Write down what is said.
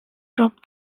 dropped